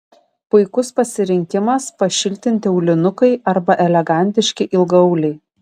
puikus pasirinkimas pašiltinti aulinukai arba elegantiški ilgaauliai